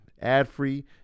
ad-free